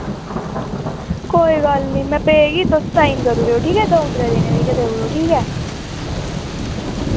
कोई गल्ल नी मैं भेजगी तुस साइन करूड़ेओ ठीक ऐ द'ऊं त्रै दिनें दी गै देऊड़ो ठीक ऐ